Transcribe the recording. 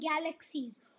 galaxies